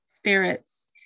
Spirits